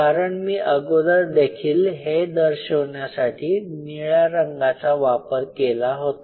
कारण मी अगोदर देखील हे दर्शविण्यासाठी निळ्या रंगाचा वापर केला होता